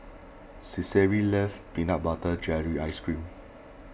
Cicely loves Peanut Butter Jelly Ice Cream